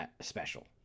special